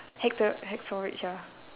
hacked your hack storage ah